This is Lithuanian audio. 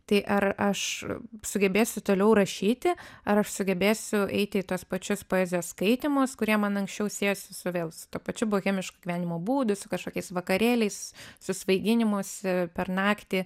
tai ar aš sugebėsiu toliau rašyti ar aš sugebėsiu eiti į tuos pačius poezijos skaitymus kurie man anksčiau siejosi su vėl su tuo pačiu bohemišku gyvenimo būdu su kažkokiais vakarėliais su svaiginimusi per naktį